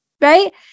right